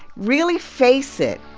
really face it.